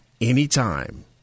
anytime